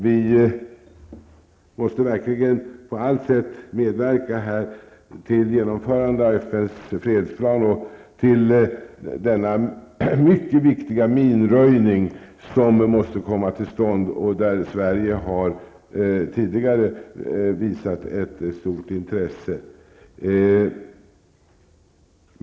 Vi måste verkligen på allt sätt medverka till genomförandet av FNs fredsplan och till att den mycket viktiga minröjningen kommer till stånd. Där har Sverige tidigare visat ett stort intresse.